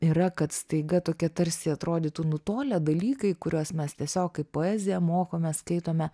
yra kad staiga tokie tarsi atrodytų nutolę dalykai kuriuos mes tiesiog kaip poeziją mokomės skaitome